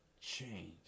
change